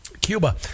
Cuba